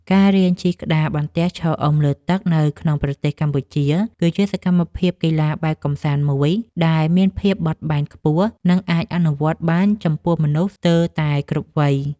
ការរៀនជិះក្តារបន្ទះឈរអុំលើទឹកនៅក្នុងប្រទេសកម្ពុជា គឺជាសកម្មភាពកីឡាបែបកម្សាន្តមួយដែលមានភាពបត់បែនខ្ពស់ និងអាចអនុវត្តបានចំពោះមនុស្សស្ទើរតែគ្រប់វ័យ។